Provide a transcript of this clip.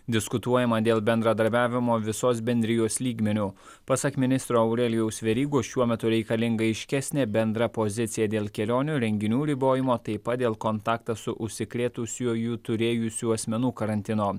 diskutuojama dėl bendradarbiavimo visos bendrijos lygmeniu pasak ministro aurelijaus verygos šiuo metu reikalinga aiškesnė bendra pozicija dėl kelionių renginių ribojimo taip pat dėl kontaktą su užsikrėtusiuoju turėjusių asmenų karantinu